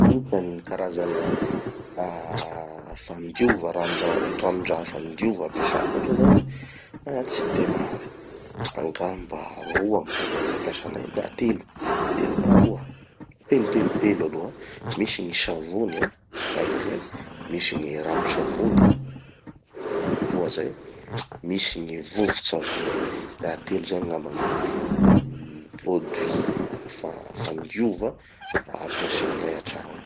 Klin gny karazana fagnadiova, ranon-ja- ranon-draha fagnadiova ampesako aloha zany fa tsy de maro. Angamba roa gny tena fampiasanay na telo, telo, ah roa, telo telo aloha. Misy gny savony an, raiky zay, misy gny rano-savony an, roa zay, misy gny vovon-tsavony. Raha telo zay ngamba gny um produits fa- fandiova ampiasanay antragno ao.